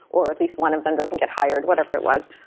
or at least one of them doesn't get hired, whatever it was,